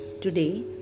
Today